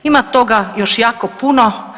Ima toga još jako puno.